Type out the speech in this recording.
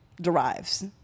derives